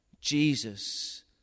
Jesus